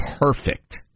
perfect